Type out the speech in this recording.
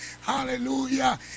hallelujah